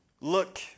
Look